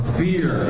fear